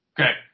Okay